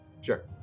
Sure